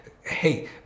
hey